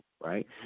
Right